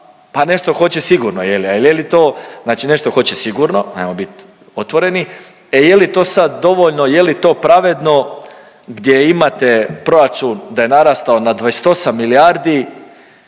Pa ne što hoće sigurno, je li, a je li to znači nešto hoće sigurno, ajmo bit otvoreni, e je li to sad dovoljno, je li to pravedno gdje imate proračun da je narastao na 28 milijardi,